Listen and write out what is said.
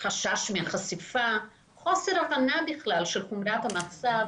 חשש מחשיפה, חוסר הבנה בכלל של חומרת המצב.